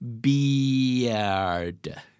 Beard